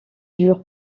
dure